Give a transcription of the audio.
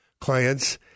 clients